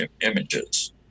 images